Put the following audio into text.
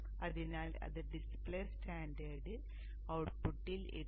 അതിനാൽ അത് display standard ഔട്ട്പുട്ടിൽ ഇടുന്നു